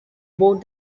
board